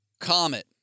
Comet